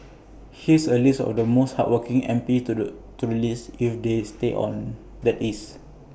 here's A list of the most hardworking M P to the to the least if they stay on that is